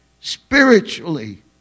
spiritually